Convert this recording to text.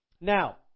Now